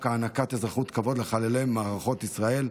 הענקת אזרחות כבוד לחללי מערכות ישראל,